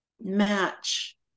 match